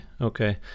Okay